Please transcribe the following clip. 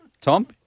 Tom